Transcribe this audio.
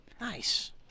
Nice